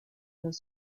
los